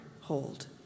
hold